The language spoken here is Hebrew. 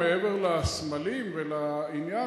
מעבר לסמלים ולעניין,